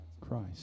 Christ